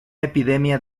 epidemia